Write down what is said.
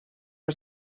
are